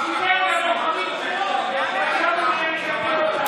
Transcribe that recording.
הוא שיקר לבוחרים שלו והוא גם משקר לנו.